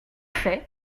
fait